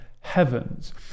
heavens